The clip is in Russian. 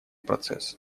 процесс